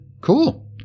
Cool